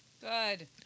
Good